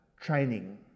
training